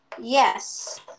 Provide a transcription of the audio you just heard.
Yes